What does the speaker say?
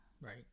Right